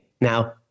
Now